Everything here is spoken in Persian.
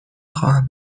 خواهم